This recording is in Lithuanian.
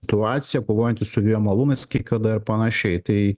tuaciją kovojantys su vėjo malūnais kai kada ir panašiai tai